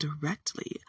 directly